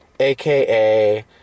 AKA